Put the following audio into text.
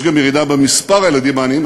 יש גם ירידה במספר הילדים העניים,